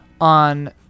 on